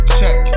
check